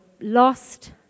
lost